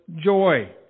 joy